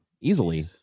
easily